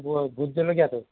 vote জলকীয়াটো